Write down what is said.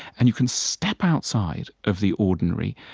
and you can step outside of the ordinary,